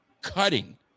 cutting